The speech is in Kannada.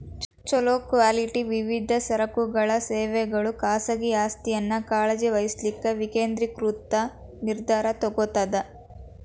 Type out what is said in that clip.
ಛೊಲೊ ಕ್ವಾಲಿಟಿ ವಿವಿಧ ಸರಕುಗಳ ಸೇವೆಗಳು ಖಾಸಗಿ ಆಸ್ತಿಯನ್ನ ಕಾಳಜಿ ವಹಿಸ್ಲಿಕ್ಕೆ ವಿಕೇಂದ್ರೇಕೃತ ನಿರ್ಧಾರಾ ತೊಗೊತದ